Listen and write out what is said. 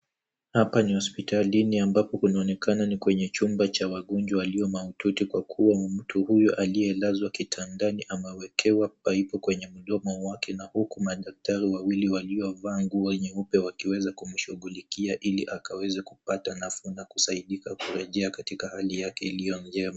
Hapa ni hospitalini ambapo kunaonekana ni kwenye chumba cha wagonjwa walio mahututi kwa kuwa mtu huyu aliyelazwa kitandani amewekewa paipu kwenye mdomo wake na huku madaktari wawili waliovaa nguo nyeupe wakiweza kumshughulikia ili akaweza kupata nafuu na kusaidika kurejea katika hali yake iliyo njema.